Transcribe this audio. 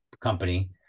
company